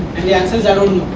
and the answer is i don't